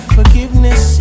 Forgiveness